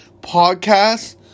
podcast